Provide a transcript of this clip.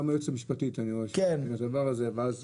אני רואה שגם היועצת המשפטית ערה לדבר הזה ואז